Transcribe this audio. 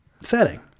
setting